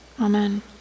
amen